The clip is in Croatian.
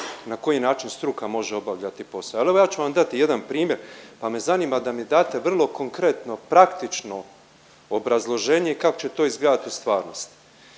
na koji način struka može obavljati posao. Evo ja ću vam dati jedan primjer pa me zanima da mi date vrlo konkretno, praktično obrazloženje kako će to izgledati u stvarnosti.